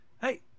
Hey